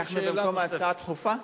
אנחנו במקום ההצעה הדחופה?